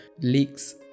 leaks